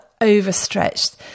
overstretched